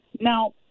Now